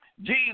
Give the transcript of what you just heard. Jesus